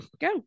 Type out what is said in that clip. go